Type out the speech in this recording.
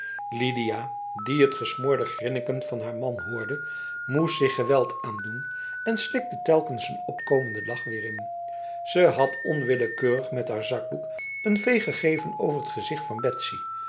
lidia die het gesmoorde grinniken van haar man hoorde moest zich geweld aandoen en slikte telkens een opkomende lach weer in ze had onwillekeurig met haar zakdoek een veeg gegeven over t gezicht van